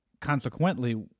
consequently